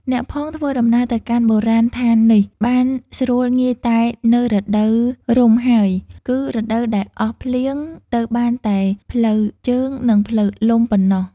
អ្នកផងធ្វើដំណើរទៅកាន់ បុរាណដ្ឋាននេះ បានស្រួលងាយតែនៅរដូវរំហើយ គឺរដូវដែលអស់ភ្លៀង ទៅបានតែផ្លូវជើង និងផ្លូវលំប៉ុណ្ណោះ។